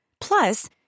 Plus